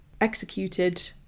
executed